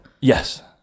Yes